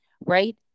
right